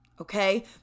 Okay